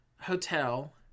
hotel